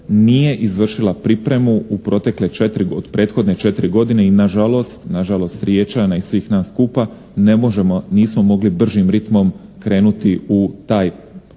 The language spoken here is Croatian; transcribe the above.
nije izvršila pripremu u prethodne četiri godine i na žalost Riječana i svih nas skupa ne možemo, nismo mogli bržim ritmom krenuti u taj zahvat